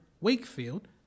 Wakefield